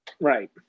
Right